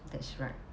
that's right